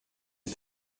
est